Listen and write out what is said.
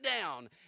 down